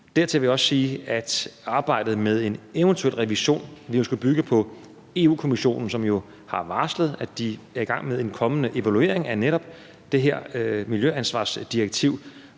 Dertil vil jeg også sige, at arbejdet med en eventuel revision jo ville skulle bygge på Europa-Kommissionen, som har varslet, at de er i gang med en kommende evaluering af netop det her miljøansvarsdirektiv